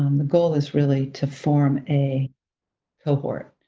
um the goal is really to form a cohort